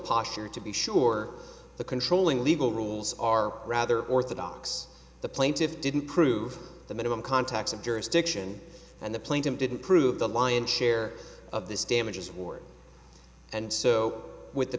posture to be sure the controlling legal rules are rather orthodox the plaintiffs didn't prove the minimum contacts of jurisdiction and the plaintiffs didn't prove the lion's share of this damages ward and so with the